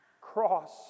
cross